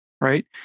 right